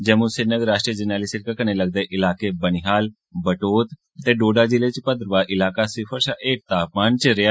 जम्मू श्रीनगर राश्ट्रीय जरनैली सिड़कै कन्ने लगदे इलाकें बनिहाल बटोत ते डोडा जिले च भद्रवाह इलाका सिफर षा हेठ तापमान च रेआ